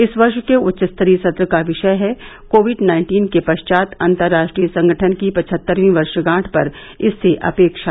इस वर्ष के उच्चस्तरीय सत्र का विषय है कोविड नाइन्टीन के पश्चात् अंतर्राष्ट्रीय संगठन की पचहत्तरवीं वर्षगांठ पर इससे अपेक्षा